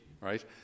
right